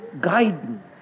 guidance